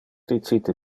dicite